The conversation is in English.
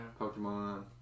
Pokemon